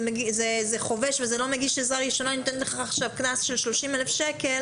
זה חובש וזה לא מגיש עזרה ראשונה וניתן לך עכשיו קנס של 30,000 שקל